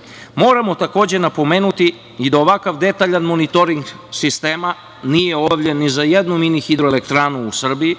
njoj. Moramo, takođe, napomenuti i da ovakav detaljan monitoring sistema nije obavljen ni za jednu mini hidroelektranu u Srbiji,